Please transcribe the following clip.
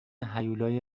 هیولای